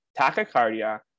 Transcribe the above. tachycardia